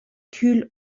kühl